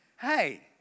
hey